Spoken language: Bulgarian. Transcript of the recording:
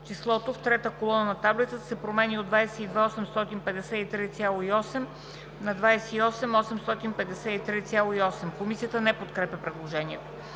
числото в трета колона на таблицата се променя от „22 853,8“ на „28 853,8“.“ Комисията не подкрепя предложението.